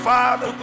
father